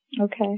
Okay